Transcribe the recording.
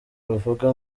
ruvuga